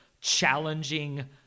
challenging